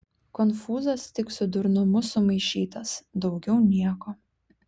konfūzas tik su durnumu sumaišytas daugiau nieko